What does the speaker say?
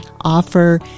offer